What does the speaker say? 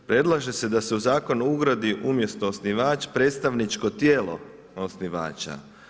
Predlaže se da se u zakon ugradi umjesto osnivač, predstavničko tijelo osnivača.